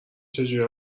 چجوری